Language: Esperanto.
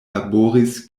laboris